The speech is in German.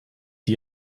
die